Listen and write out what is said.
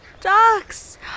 ducks